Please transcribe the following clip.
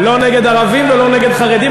לא נגד ערבים ולא נגד חרדים.